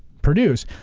produce.